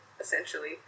essentially